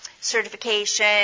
certification